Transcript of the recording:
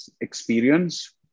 experience